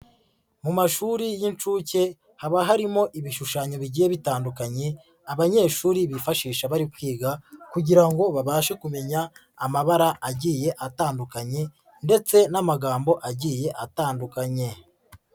Mu mashuri y'inshuke haba harimo ibishushanyo bigiye bitandukanye, abanyeshuri bifashisha bari kwiga kugira ngo babashe kumenya amabara agiye atandukanye ndetse n'amagambo agiye atandukanye.